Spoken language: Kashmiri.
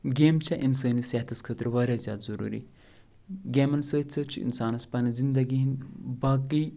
گیمہٕ چھِ اِنسٲنی صحتَس خٲطرٕ واریاہ زیادٕ ضُروٗری گیمَن سۭتۍ سۭتۍ چھُ اِنسانَس پَنٛنہِ زندگی ہٕندۍ باقٕے